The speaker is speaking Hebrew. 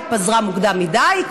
היא התפזרה מוקדם מדי,